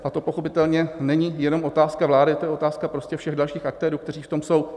A to pochopitelně není jenom otázka vlády, to je otázka prostě všech dalších aktérů, kteří v tom jsou.